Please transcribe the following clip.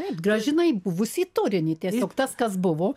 taip grąžinai buvusį turinį tiesiog tas kas buvo